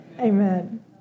Amen